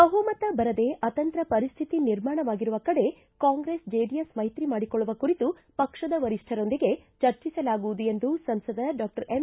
ಬಹುಮತ ಬರದೇ ಅತಂತ್ರ ಪರಿಸ್ಟಿತಿ ನಿರ್ಮಾಣವಾಗಿರುವ ಕಡೆ ಕಾಂಗ್ರೆಸ್ ಜೆಡಿಎಸ್ ಮೈತ್ರಿ ಮಾಡಿಕೊಳ್ಳುವ ಕುರಿತು ಪಕ್ಷದ ವರಿಷ್ಟರೊಂದಿಗೆ ಚರ್ಚಿಸಲಾಗುವುದು ಎಂದು ಸಂಸದ ಡಾಕ್ಟರ್ ಎಂ